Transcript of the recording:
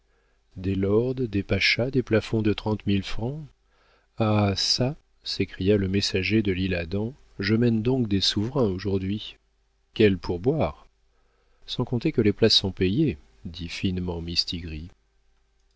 des lords des pachas des plafonds de trente mille francs ah çà s'écria le messager de l'isle-adam je mène donc des souverains aujourd'hui quels pourboires sans compter que les places sont payées dit finement mistigris